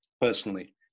personally